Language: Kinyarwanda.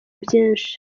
byinshi